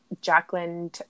Jacqueline